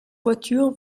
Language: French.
voitures